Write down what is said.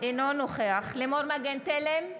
אינו נוכח לימור מגן תלם,